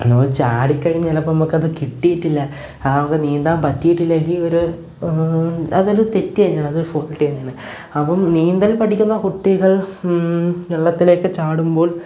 നമ്മള് ചാടിക്കഴിഞ്ഞാല് ചിലപ്പോള് നമുക്കത് കിട്ടിയിട്ടില്ല ആ ഒരു നീന്താന് പറ്റിയിട്ടില്ലെങ്കിൽ ഒരു അതൊരു തെറ്റുതന്നെയാണ് അതൊരു ഫോൾട്ട് തന്നെയാണ് അപ്പോള് നീന്തല് പഠിക്കുന്ന കുട്ടികൾ വെള്ളത്തിലേക്ക് ചാടുമ്പോൾ